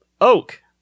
oak